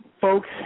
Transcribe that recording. Folks